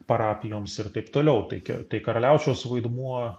parapijoms ir taip toliau taigi tai karaliaučiaus vaidmuo